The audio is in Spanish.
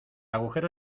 agujero